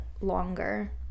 longer